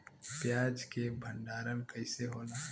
प्याज के भंडारन कइसे होला?